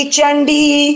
Chandi